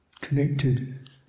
Connected